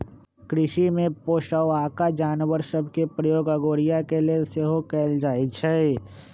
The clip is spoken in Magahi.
कृषि में पोशौआका जानवर सभ के प्रयोग अगोरिया के लेल सेहो कएल जाइ छइ